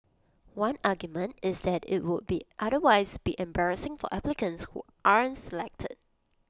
one argument is that IT would otherwise be embarrassing for applicants who aren't selected